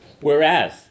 Whereas